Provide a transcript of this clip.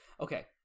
Okay